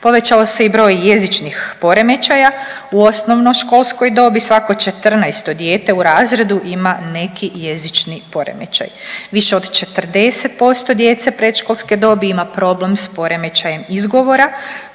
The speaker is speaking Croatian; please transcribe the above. Povećao se i broj jezičnih poremećaja u osnovnoškolskoj dobi svako 14 dijete u razredu ima neki jezični poremećaj. Više od 40% djece predškolske dobi ima problem s poremećajem izgovora